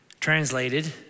Translated